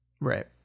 right